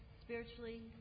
spiritually